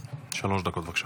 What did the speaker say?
דקות, בבקשה.